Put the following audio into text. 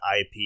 IP